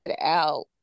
out